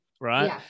Right